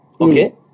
Okay